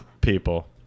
people